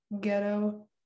ghetto